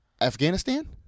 Afghanistan